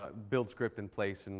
ah build script in place. and